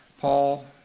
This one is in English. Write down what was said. Paul